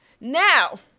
Now